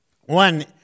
One